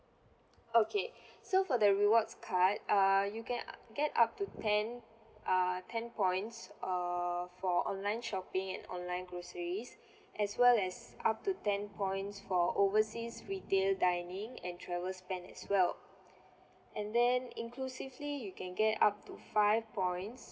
okay so for the rewards card err you can uh get up to ten err ten points err for online shopping and online groceries as well as up to ten points for overseas retail dining and travel spend as well and then inclusively you can get up to five points